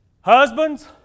Husbands